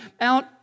out